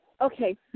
Okay